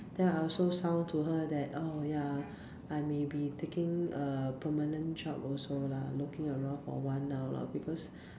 then I also sound to her that oh ya I may be taking a permanent job also lah looking around for one now lah because